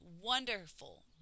wonderful